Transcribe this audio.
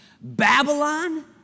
Babylon